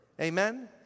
Amen